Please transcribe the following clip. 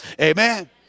amen